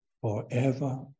forever